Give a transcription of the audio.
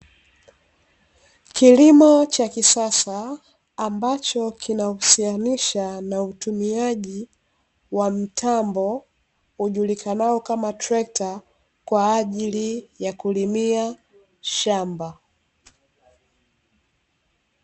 Kilimo cha kisasa, ambacho kinausihanisha na utumiaji wa mtambo ujulikanao kama trekta, kwa ajili ya kulimia shamba.